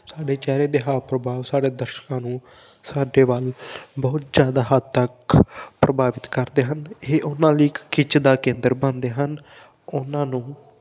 ਸਾਡੇ ਚਿਹਰੇ 'ਤੇ ਹਾਵ ਪ੍ਰਭਾਵ ਸਾਡੇ ਦਰਸ਼ਕਾਂ ਨੂੰ ਸਾਡੇ ਵੱਲ ਬਹੁਤ ਜ਼ਿਆਦਾ ਹੱਦ ਤੱਕ ਪ੍ਰਭਾਵਿਤ ਕਰਦੇ ਹਨ ਇਹ ਉਹਨਾਂ ਲਈ ਇੱਕ ਖਿੱਚ ਦਾ ਕੇਂਦਰ ਬਣਦੇ ਹਨ ਉਹਨਾਂ ਨੂੰ